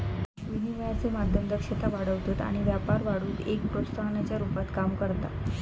विनिमयाचे माध्यम दक्षता वाढवतत आणि व्यापार वाढवुक एक प्रोत्साहनाच्या रुपात काम करता